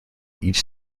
each